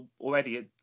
already